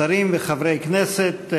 שרים וחברי כנסת,